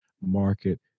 market